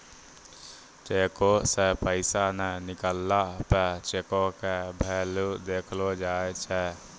चेको से पैसा नै निकलला पे चेको के भेल्यू देखलो जाय छै